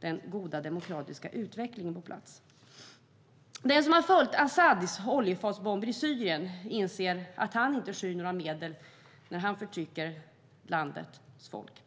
den goda demokratiska utvecklingen på plats. Den som har följt Assads oljefatsbombningar i Syrien inser att han inte skyr några medel när han förtrycker landets folk.